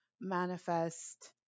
manifest